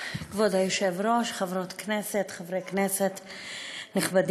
כבוד היושב-ראש, חברות כנסת וחברי כנסת נכבדים,